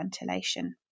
ventilation